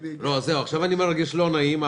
עכשיו אני מרגיש לא נעים.